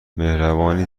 مهربانی